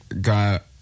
got